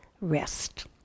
rest